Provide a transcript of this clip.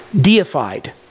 deified